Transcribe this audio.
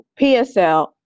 PSL